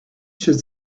should